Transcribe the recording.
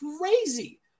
crazy